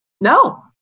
No